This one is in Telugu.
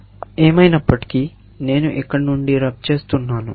కాబట్టి ఏమైనప్పటికీ నేను ఇక్కడ నుండి రబ్ చేస్తున్నాను